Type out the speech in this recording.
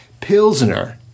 Pilsner